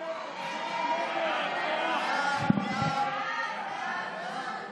להעביר לוועדה את הצעת חוק